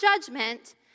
judgment